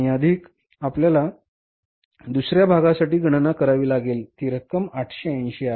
आणि अधिक आपल्याला दुसर्या भागासाठी गणना करावी लागेल ती रक्कम 880 आहे